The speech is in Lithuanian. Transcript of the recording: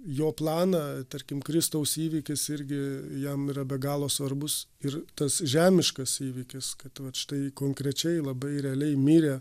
jo planą tarkim kristaus įvykis irgi jam yra be galo svarbus ir tas žemiškas įvykis kad vat štai konkrečiai labai realiai mirė